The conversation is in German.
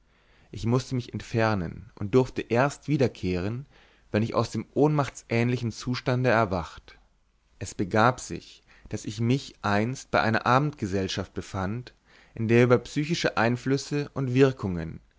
ich mußte mich entfernen und durfte erst wiederkehren wenn ich aus dem ohnmachtähnlichen zustande erwacht es begab sich daß ich mich einst bei einer abendgesellschaft befand in der über psychische einflüsse und wirkungen